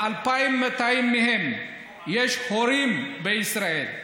ל-2,200 מהם יש הורים בישראל,